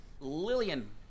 Lillian